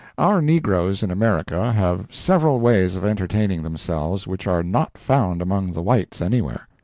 our negroes in america have several ways of entertaining themselves which are not found among the whites anywhere.